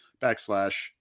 backslash